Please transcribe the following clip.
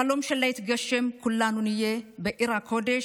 החלום שלה יתגשם, וכולנו נהיה בעיר הקודש,